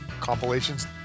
compilations